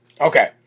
okay